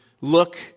look